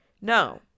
No